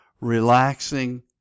relaxing